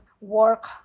work